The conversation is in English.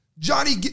Johnny